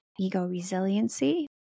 ego-resiliency